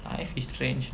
life is strange no